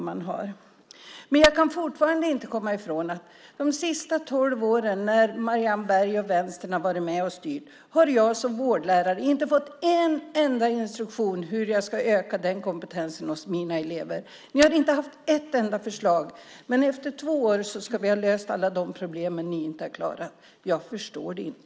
Jag kan dock fortfarande inte komma ifrån att jag som vårdlärare under de senaste tolv åren när Marianne Berg och Vänstern var med och styrde inte har fått en enda instruktion om hur jag ska öka denna kompetens hos mina elever. Ni har inte haft ett enda förslag, men efter två år ska vi ha löst alla de problem ni inte har klarat av. Jag förstår det inte.